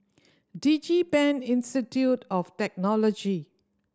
DigiPen Institute of Technology